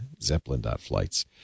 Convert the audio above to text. Zeppelin.flights